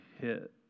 hit